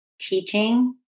teaching